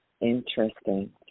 Interesting